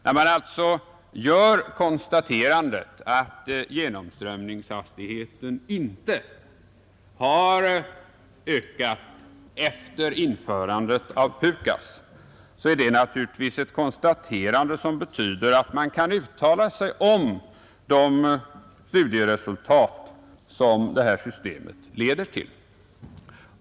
När man alltså gör konstaterandet att genomströmningshastigheten inte har ökat efter införandet av PUKAS, så betyder detta också att man kan uttala sig om de studieresultat som det här systemet leder till.